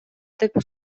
деп